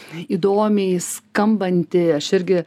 įdomiai skambantį aš irgi